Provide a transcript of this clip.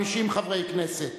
50 חברי כנסת,